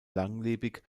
langlebig